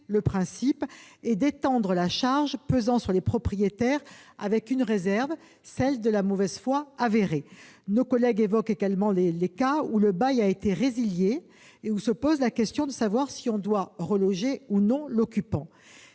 le principe et d'étendre la charge pesant sur les propriétaires avec une réserve, celle de la mauvaise foi avérée. Nos collègues évoquent également les cas où le bail a été résilié et où se pose la question de savoir si l'on doit reloger ou non l'occupant.